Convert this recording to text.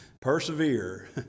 Persevere